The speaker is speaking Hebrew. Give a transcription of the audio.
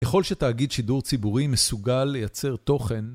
ככל שתאגיד שידור ציבורי מסוגל לייצר תוכן